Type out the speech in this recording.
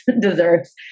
deserves